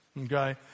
okay